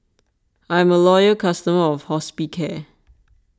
I'm a loyal customer of Hospicare